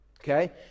okay